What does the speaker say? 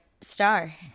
star